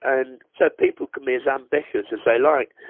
and so people can be as ambitious as they like.